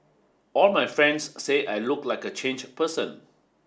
all my friends say I look like a changed person